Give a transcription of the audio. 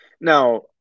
Now